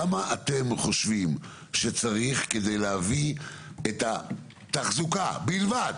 כמה אתם חושבים שצריך כדי להביא את התחזוקה בלבד